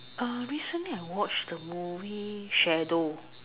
uh recently I watch the movie shadow